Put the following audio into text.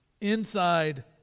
inside